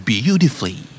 Beautifully